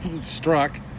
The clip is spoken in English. Struck